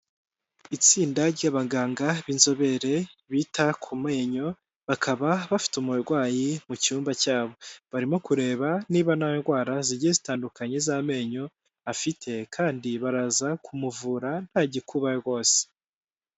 Itsinda ry'abaganga b'inzobere bita ku menyo bakaba bafite umurwayi mu cyumba cyabo, barimo kureba niba nta ndwara zigiye zitandukanye z'amenyo afite kandi baraza kumuvura ntagikuba rwose.